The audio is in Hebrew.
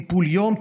טיפול יום,